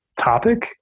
topic